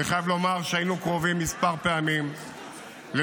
אני חייב לומר שהיינו קרובים כמה פעמים לניסיונות